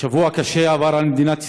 שבוע קשה עבר על מדינת ישראל,